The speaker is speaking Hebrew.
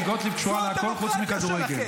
טלי גוטליב קשורה לכול חוץ מכדורגל.